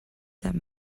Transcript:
that